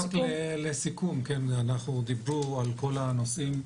רק לסיכום, דיברו על כל הנושאים,